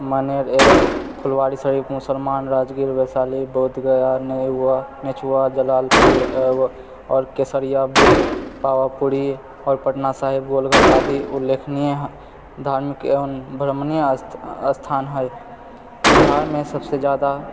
मनेर एवं फुलवारीशरीफ मुसलमान राजगीर वैशाली बोध गया जलालपुर आओर केसरिया बुद्ध पावापुरी आओर पटना शाहिब गोलघर आदि उल्लेखनीए धार्मिक एवं भ्र्मणीए स्थान है बिहारमे सबसे जादा